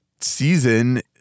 season